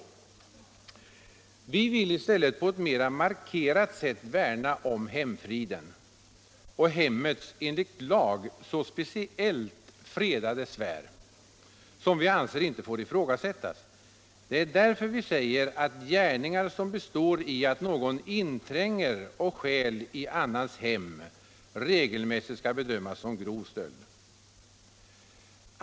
189 Vi vill i stället på ett mer markerat sätt värna om hemfriden och hemmets enligt lag så speciellt fredade sfär, som vi anser inte får ifrågasättas. Det är därför vi säger att gärningar som består i att någon intränger och stjäl i annans hem regelmässigt skall bedömas som grov stöld.